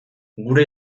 gure